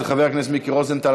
של חבר הכנסת מיקי רוזנטל.